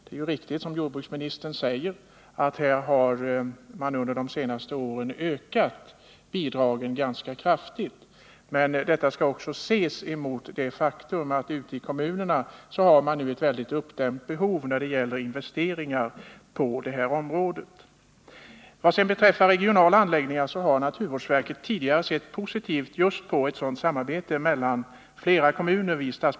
Det är riktigt som jordbruksministern säger att man under de senaste åren har ökat bidragen ganska kraftigt, men detta skall också ses mot det faktum att det ute i kommunerna finns ett stort uppdämt behov av investeringar på detta område. Vad sedan beträffar regionala anläggningar så har naturvårdsverket tidigare vid statsbidragsbedömningen sett positivt just på sådant samarbete mellan flera kommuner.